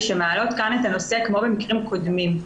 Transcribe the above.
שמעלות כאן את הנושא כמו במקרים קודמים.